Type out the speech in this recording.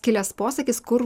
kilęs posakis kur